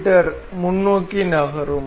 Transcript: me முன்னோக்கி நகரும்